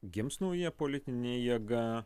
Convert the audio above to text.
gims nauja politinė jėga